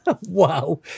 wow